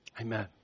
Amen